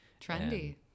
trendy